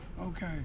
Okay